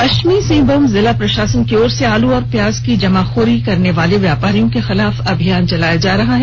पश्चिमी सिंहभूम जिला प्रशासन की ओर से आलू और प्याज की जमाखोरी करने वाले व्यापारियों के खिलाफ अभियान चलाया जा रहा है